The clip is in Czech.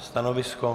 Stanovisko?